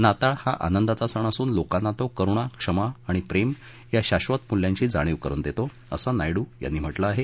नाताळ हा आनंदाचा सण असून लोकांना तो करुणा क्षमा आणि प्रेम या शाक्षत मूल्यांची जाणीव करुन देतो असं नायडू यांनी म्हटलं आहे